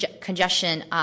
congestion